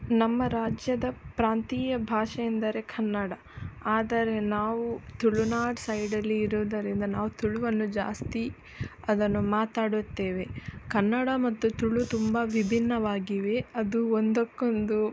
ನಮ್ಮ ರಾಜ್ಯದ ಪ್ರಾಂತೀಯ ಭಾಷೆ ಎಂದರೆ ಕನ್ನಡ ಆದರೆ ನಾವು ತುಳುನಾಡ ಸೈಡಲ್ಲಿ ಇರುವುದರಿಂದ ನಾವು ತುಳುವನ್ನು ಜಾಸ್ತಿ ಅದನ್ನು ಮಾತಾಡುತ್ತೇವೆ ಕನ್ನಡ ಮತ್ತು ತುಳು ತುಂಬ ವಿಭಿನ್ನವಾಗಿವೆ ಅದು ಒಂದಕ್ಕೊಂದು